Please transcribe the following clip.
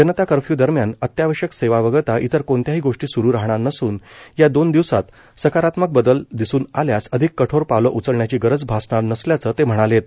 जनता curfew दरम्यान अत्यावश्यक सेवा वगळता इतर कोणत्याही गोष्टी स्रू राहणार नसून या दोन दिवसात सकारात्मक बदल दिसून आल्यास अधिक कठोर पावलं उचलण्याची गरज भासणार नसल्याचं ते म्हणालेत